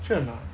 sure or not